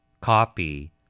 copy